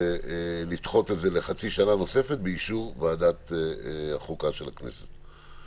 לדחות את זה לחצי שנה נוספת באישור ועדת החוקה של הכנסת.